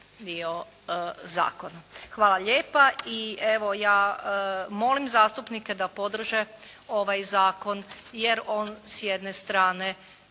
dio zakona. Hvala lijepa. Ja molim zastupnike da podrže ovaj zakon jer on s jedne strane